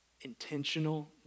Intentional